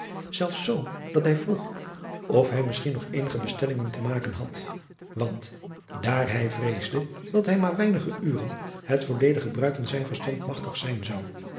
zelfs zoo dat hij vroeg of hij misschien nog eenige bestellingen te maken had want dar hij vreesde dat hij maar weinige uren het volledig gebruik van zijn verstand magtig zijn zou